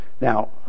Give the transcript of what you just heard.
Now